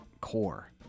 core